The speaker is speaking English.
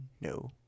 No